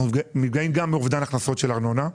אנחנו נפגעים גם מאובדן הכנסות של ארנונה,